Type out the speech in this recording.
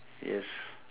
yes